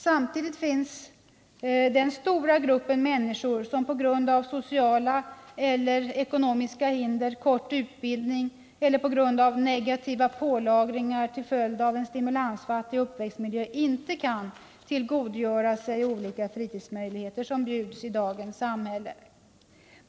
—-—-—- Samtidigt har vi den stora gruppen människor som på grund av sociala och ekonomiska hinder, kort utbildning eller på grund av negativa pålagringar till följd av en stimulansfattig uppväxtmiljö inte kan tillgodogöra sig de olika fritidsmöjligheter som bjuds i dagens samhälle.